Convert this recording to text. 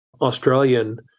Australian